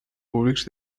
públics